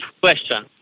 question